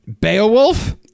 Beowulf